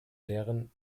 deren